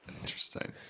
Interesting